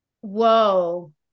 Whoa